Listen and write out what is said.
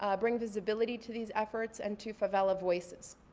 um bring visibility to these efforts, and to favela voices.